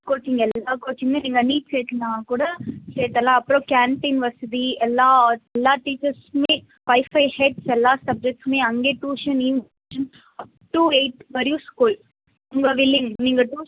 coaching எல்லாம் கோச்சிங்குமே நீங்கள் நீட்ஸ் எழுதுணும்னாக்கூட சேர்த்தலாம் அப்புறம் கேன்டின் வசதி எல்லா எல்லா டீச்சர்ஸுக்குமே ஃபை ஃபை எல்லா சப்ஜக்ட்ஸுமே அங்கேயே ட்யூஷன் டு எயிட் வரையும் ஸ்கூல் உங்கள் வில்லிங் நீங்கள்